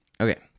okay